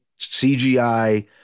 cgi